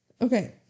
Okay